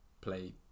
play